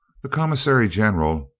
the commissary general,